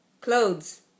Clothes